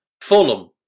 Fulham